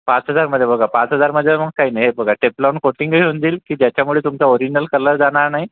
पाच हजारमध्ये बघा पाच हजार म्हणजे मग काही नाही हे बघा टेप लावून कोटींग बी होऊन जाईल की ज्याच्यामुळे तुमचा ओरिजनल कलर जाणार नाही